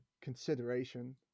consideration